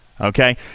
Okay